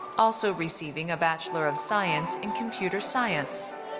also receiving a bachelor of science in computer science.